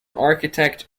architect